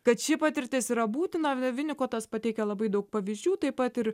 kad ši patirtis yra būtina vi vinikotas pateikia labai daug pavyzdžių taip pat ir